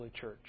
church